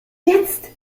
jetzt